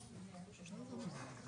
יש סקר נוסף שחשוב לדעת.